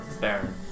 Baron